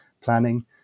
planning